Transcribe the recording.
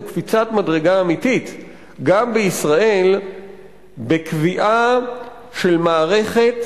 הוא קפיצת מדרגה אמיתית גם בישראל בקביעה של מערכת